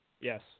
Yes